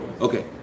Okay